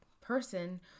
person